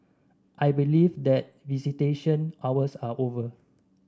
I believe that visitation hours are over